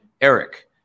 Eric